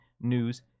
news